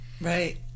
Right